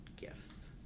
gifts